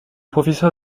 professeur